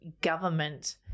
government